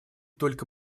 только